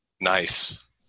Nice